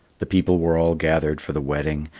the people were all gathered for the wedding,